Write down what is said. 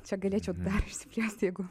čia galėčiau dar išsiplėst jeigu